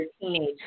teenage